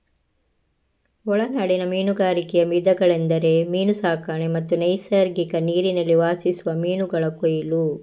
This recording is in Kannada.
ಒಳನಾಡಿನ ಮೀನುಗಾರಿಕೆಯ ವಿಧಗಳೆಂದರೆ ಮೀನು ಸಾಕಣೆ ಮತ್ತು ನೈಸರ್ಗಿಕ ನೀರಿನಲ್ಲಿ ವಾಸಿಸುವ ಮೀನುಗಳ ಕೊಯ್ಲು